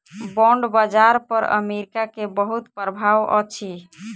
bond बाजार पर America के बहुत प्रभाव अछि